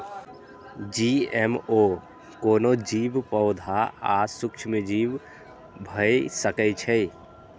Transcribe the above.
GMO कोनो जीव, पौधा आ सूक्ष्मजीव भए सकै छै